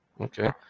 Okay